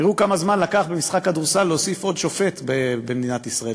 תראו כמה זמן לקח במשחק כדורסל להוסיף עוד שופט במדינת ישראל,